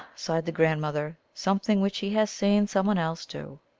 sighed the grandmother, something which he has seen some one else do.